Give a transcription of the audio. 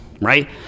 right